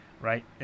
right